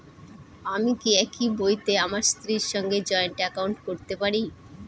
আমি কি একই বইতে আমার স্ত্রীর সঙ্গে জয়েন্ট একাউন্ট করতে পারি?